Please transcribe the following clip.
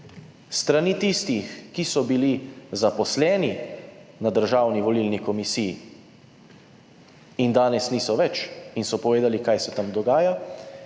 strani tistih, ki so bili zaposleni na Državni volilni komisiji in danes niso več in so povedali, kaj se tam dogaja.